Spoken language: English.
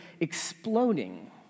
exploding